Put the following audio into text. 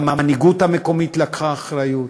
המנהיגות המקומית לקחה אחריות,